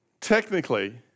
technically